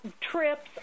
Trips